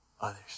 others